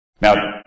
Now